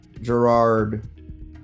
Gerard